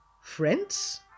Friends